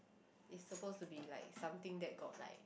it's supposed to be like something that got like